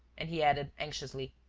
and he added, anxiously,